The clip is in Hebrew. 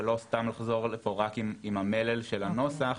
ולא סתם לחזור לפה רק עם המלל של הנוסח,